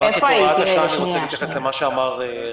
רק להוראת השעה, אני רוצה להתייחס למה שאמר רם.